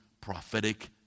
prophetic